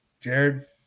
Jared